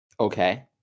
Okay